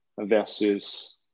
versus